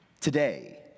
Today